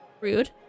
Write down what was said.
rude